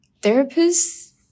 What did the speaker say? therapists